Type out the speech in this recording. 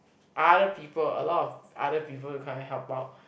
other people a lot of other people to come and help out